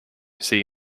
sea